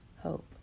Hope